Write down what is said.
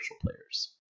players